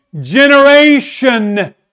generation